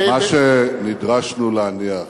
מה שנדרשנו להניח